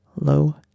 low